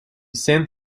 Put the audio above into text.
sent